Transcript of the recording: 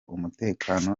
umutekano